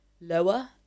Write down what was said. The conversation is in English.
lower